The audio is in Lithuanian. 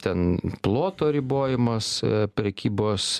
ten ploto ribojimas prekybos